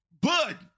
Bud